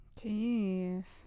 Jeez